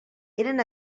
eren